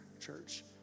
church